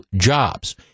jobs